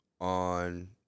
on